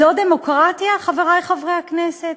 זאת דמוקרטיה, חברי חברי הכנסת?